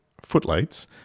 footlights